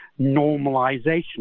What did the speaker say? normalization